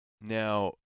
Now